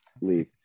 leave